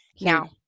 Now